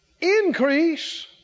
increase